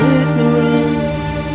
ignorance